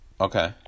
Okay